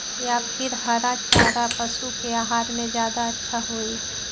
या फिर हरा चारा पशु के आहार में ज्यादा अच्छा होई?